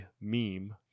meme